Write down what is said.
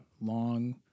long